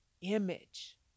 image